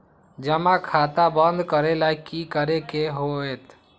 जमा खाता बंद करे ला की करे के होएत?